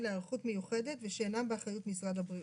להיערכות מיוחדת ושאינם באחריות משרד הבריאות.